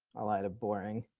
a lot of boring.